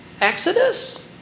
Exodus